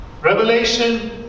Revelation